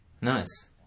Nice